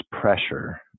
pressure